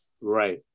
Right